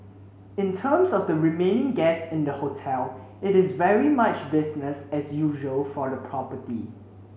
in terms of the remaining guests in the hotel it is very much business as usual for the property